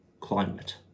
climate